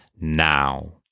now